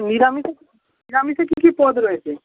নিরামিষে নিরামিষে কী কী পদ রয়েছে